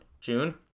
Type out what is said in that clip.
June